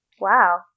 wow